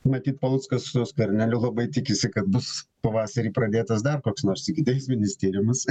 matyt paluckas su skverneliu labai tikisi kad bus pavasarį pradėtas dar koks nors ikiteisminis tyrimas